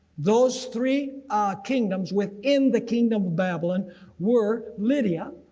those three kingdoms within the kingdom of babylon were, lydia,